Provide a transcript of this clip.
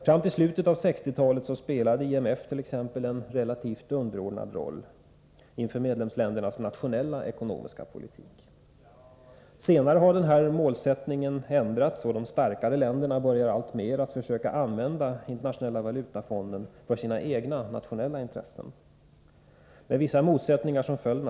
Fram till slutet av 1960-talet spelade t.ex. IMF en relativt underordnad roll beträffande medlemsländernas nationella ekonomiska politik. Senare har den målsättningen ändrats, och de starkare länderna börjar alltmer att försöka använda internationella valutafonden för sina egna nationella intressen — naturligtvis med vissa motsättningar som följd.